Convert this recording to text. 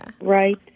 right